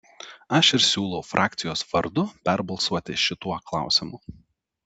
aš ir siūlau frakcijos vardu perbalsuoti šituo klausimu